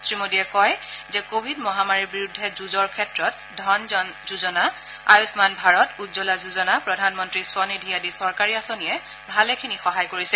শ্ৰীমোদীয়ে কয় যে কোৱিড মহামাৰীৰ বিৰুদ্ধে যুঁজৰ ক্ষেত্ৰত জন ধন যোজনা আয়ুস্মান ভাৰত উজ্জলা যোজনা প্ৰধানমন্ত্ৰী স্বনিধি আদি চৰকাৰী আঁচনিয়ে ভালেখিনি সহায় কৰিছে